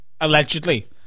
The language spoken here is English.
allegedly